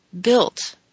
built